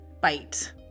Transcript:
bite